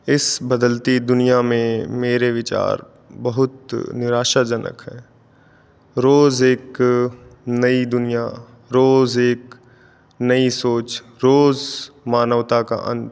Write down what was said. इस बदलती दुनिया में मेरे विचार बहुत निराशाजनक हैं रोज एक नयी दुनियां रोज एक नयी सोच रोज मानवता का अंत